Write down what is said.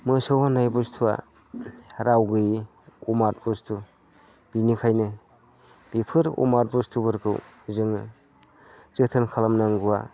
मोसौ होननाय बुस्थुआ राव गैयि अमात बुसथु बेनिखायनो बेफोर अनात बुस्थुफोरखौ जोङो जोथोन खालामनांगौआ